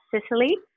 Sicily